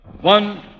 One